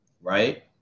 Right